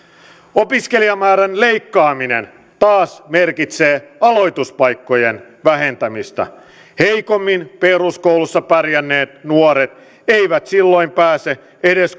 opiskelijamäärän leikkaaminen taas merkitsee aloituspaikkojen vähentämistä heikommin peruskoulussa pärjänneet nuoret eivät silloin pääse edes